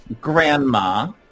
Grandma